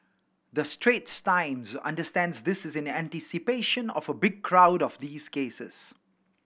the Straits Times understands this is in anticipation of a big crowd of these cases